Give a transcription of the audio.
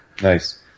Nice